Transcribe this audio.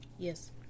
Yes